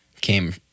came